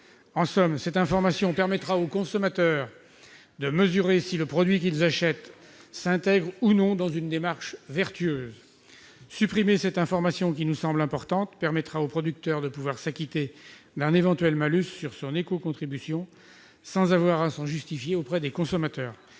En somme, cette information permettra aux consommateurs de mesurer si le produit qu'ils achètent s'intègre ou non dans une démarche vertueuse. Supprimer cette information qui nous semble importante permettra aux producteurs de pouvoir s'acquitter d'un éventuel malus sur leur éco-contribution sans avoir à s'en justifier auprès des consommateurs.